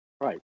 Right